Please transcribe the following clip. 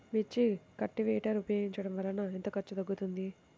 మిర్చి కల్టీవేటర్ ఉపయోగించటం వలన ఎంత ఖర్చు తగ్గుతుంది?